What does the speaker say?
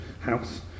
house